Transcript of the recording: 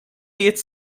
it’s